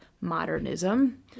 modernism